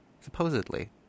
Supposedly